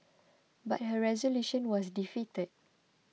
but her resolution was defeated